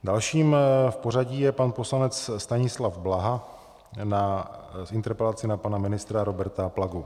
Dalším v pořadí je pan poslanec Stanislav Blaha s interpelací na pana ministra Roberta Plagu.